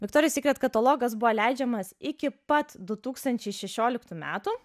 viktorijos sykret katalogas buvo leidžiamas iki pat du tūkstančiai šešioliktų metų